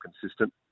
consistent